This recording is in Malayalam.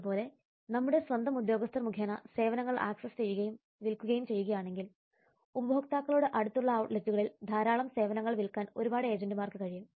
അതുപോലെ നമ്മുടെ സ്വന്തം ഉദ്യോഗസ്ഥർ മുഖേന സേവനങ്ങൾ ആക്സസ് ചെയ്യുകയും വിൽക്കുകയും ചെയ്യുകയാണെങ്കിൽ ഉപഭോക്താക്കളോട് അടുത്തുള്ള ഔട്ട്ലെറ്റുകളിൽ ധാരാളം സേവനങ്ങൾ വിൽക്കാൻ ഒരുപാട് ഏജൻറ്മാർക്ക് കഴിയും